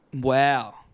Wow